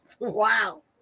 wow